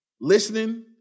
listening